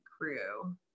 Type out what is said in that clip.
crew